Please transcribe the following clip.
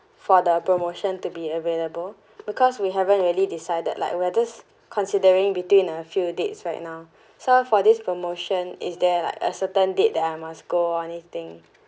for the promotion to be available because we haven't really decided like we're just considering between a few dates right now so for this promotion is there like a certain date that I must go or anything